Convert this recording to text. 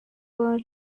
were